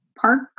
park